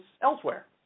elsewhere